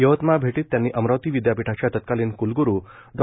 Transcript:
यवतमाळ भेटीत त्यांनी अमरावती विद्यापीठाच्या तत्कालीन क्लग्रू डॉ